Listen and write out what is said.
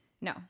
no